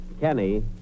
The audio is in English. Kenny